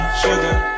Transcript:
sugar